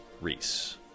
Reese